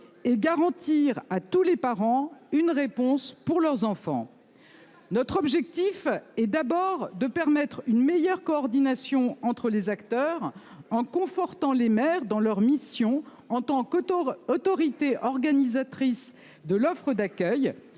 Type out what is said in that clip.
Et garantir à tous les parents. Une réponse pour leurs enfants. Notre objectif est d'abord de permettre une meilleure coordination entre les acteurs en confortant les maires dans leur mission en tant que autorité organisatrice de l'offre d'accueil